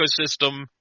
ecosystem